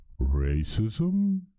racism